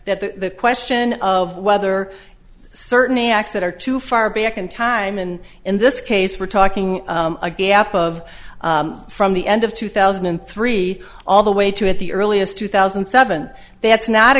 that the question of whether certain acts that are too far back in time and in this case we're talking a gap of from the end of two thousand and three all the way to at the earliest two thousand and seven that's not a